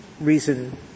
reason